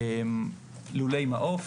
לולי מעוף,